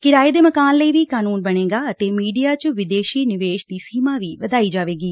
ਕਿਰਾਏ ਦੇ ਮਕਾਨ ਲਈ ਵੀ ਕਾਨੂੰਨ ਬਣੇਗਾ ਅਤੇ ਮੀਡੀਆ ਚ ਵਿਦੇਸ਼ੀ ਨਿਵੇਸ਼ ਦੀ ਸੀਮਾ ਵੀ ਵਧਾਈ ਜਾਏਗੀ